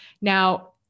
Now